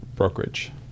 brokerage